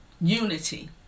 unity